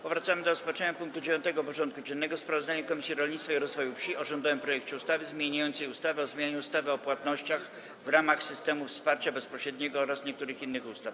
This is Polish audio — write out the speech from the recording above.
Powracamy do rozpatrzenia punktu 9. porządku dziennego: Sprawozdanie Komisji Rolnictwa i Rozwoju Wsi o rządowym projekcie ustawy zmieniającej ustawę o zmianie ustawy o płatnościach w ramach systemów wsparcia bezpośredniego oraz niektórych innych ustaw.